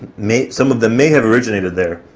may some of them may have originated there.